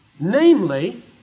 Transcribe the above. Namely